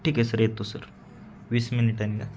ठीक आहे सर येतो सर वीस मिनिटानी